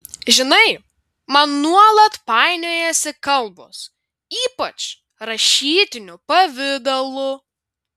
žinai man nuolat painiojasi kalbos ypač rašytiniu pavidalu